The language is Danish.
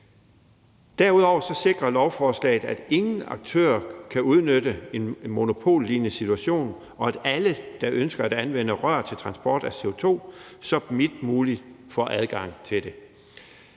Derudover sikrer lovforslaget, at ingen aktører kan udnytte en monopollignende situation, og at alle, der ønsker at anvende rør til transport af CO2, så vidt muligt får adgang til det.